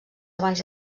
abans